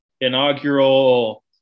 inaugural